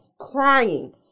crying